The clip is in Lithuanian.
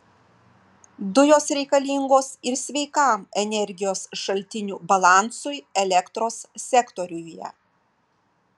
dujos reikalingos ir sveikam energijos šaltinių balansui elektros sektoriuje